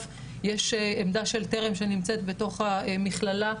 יש עמדה של טרם שנמצאת בתוך המכללה.